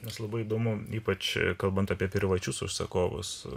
nors labai įdomu ypač kalbant apie privačius užsakovus